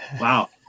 Wow